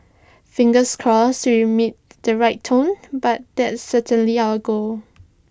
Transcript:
fingers crossed we meet the right tone but that's certainly our goal